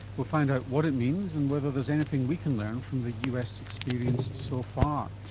we'll find out what it means and whether there's anything we can learn from the us experience so far.